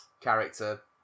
character